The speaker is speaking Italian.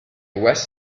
wes